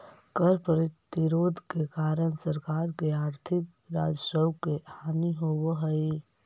कर प्रतिरोध के कारण सरकार के आर्थिक राजस्व के हानि होवऽ हई